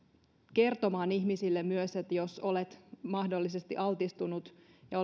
kertomaan ihmiselle myös jos hän on mahdollisesti altistunut ja